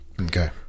okay